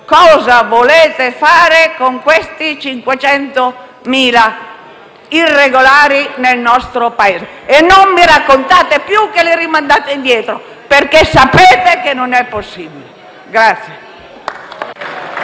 cosa volete fare con i 500.000 irregolari nel nostro Paese? E non mi raccontate più che li rimandate indietro, perché sapete che non è possibile